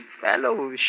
fellow